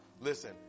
listen